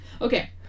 okay